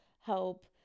help